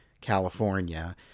California